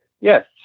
Yes